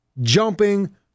jumping